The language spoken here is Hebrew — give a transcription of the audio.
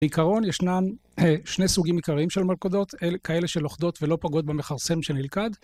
בעיקרון ישנן שני סוגים עיקריים של מלכודות, אלה כאלה שלוכדות ולא פגות במכרסם שנלכד.